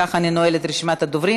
ובכך אני נועלת את רשימת הדוברים.